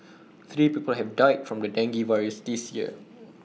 three people have died from the dengue virus this year